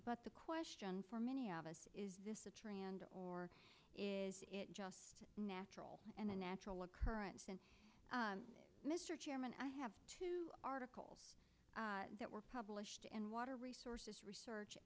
but the question for many of us is this a trend or is it just natural and a natural occurrence since mr chairman i have two articles that were published in water resources research